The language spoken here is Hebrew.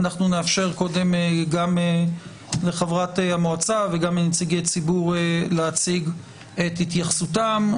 אנחנו נאפשר קודם גם לחברת המועצה וגם לנציגי ציבור להציג את התייחסותם.